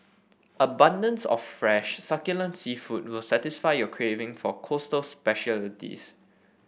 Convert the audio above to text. abundance of fresh succulent seafood will satisfy your craving for coastal specialities